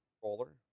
controller